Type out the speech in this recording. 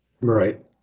Right